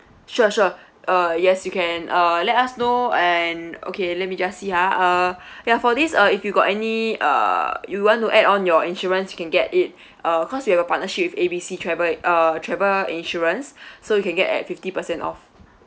sure sure uh yes you can uh let us know and okay let me just see ah uh ya for this uh if you got any uh you want to add on your insurance you can get it uh cause we have a partnership with A B C travel uh travel insurance so you can get at fifty percent off